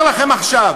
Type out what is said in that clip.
אז אני אומר לכם עכשיו,